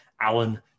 Alan